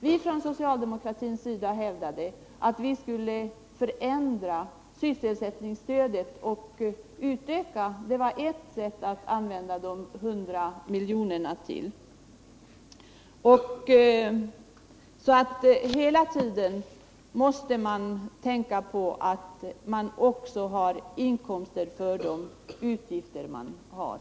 Vi från socialdemokratins sida hävdade att vi skulle öka sysselsättningsstödet. Det var ett sätt att använda de 100 miljonerna. Hela tiden måste man tänka på att man har inkomster som täcker de utgifter man har.